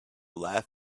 laugh